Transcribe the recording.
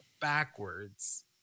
backwards